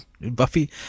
Buffy